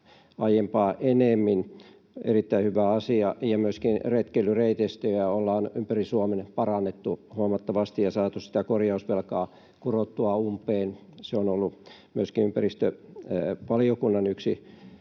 aiempaa enemmän — erittäin hyvä asia. Myöskin retkeilyreitistöjä ollaan ympäri Suomen parannettu huomattavasti ja saatu sitä korjausvelkaa kurottua umpeen. Se on ollut myöskin ympäristövaliokunnan yksi